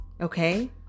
okay